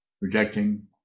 rejecting